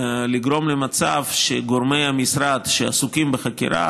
לגרום למצב שגורמי המשרד שעסוקים בחקירה,